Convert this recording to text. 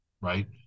Right